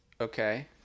Okay